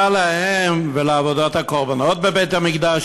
מה להן ולעבודת הקורבנות בבית-המקדש,